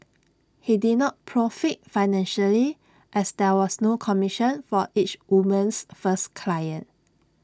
he did not profit financially as there was no commission for each woman's first client